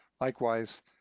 Likewise